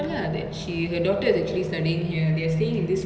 so um her husband ajay devgn